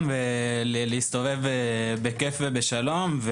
לביטחון ולהסתובב בכיף ובשלום.